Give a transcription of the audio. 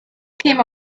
käme